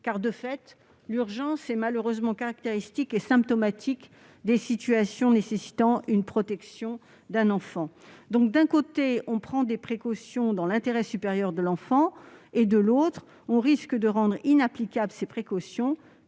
De fait, l'urgence est malheureusement caractéristique et symptomatique des situations nécessitant la protection d'un enfant. D'un côté, on prend des précautions dans l'intérêt supérieur de l'enfant, de l'autre, on risque de les rendre inapplicables, l'urgence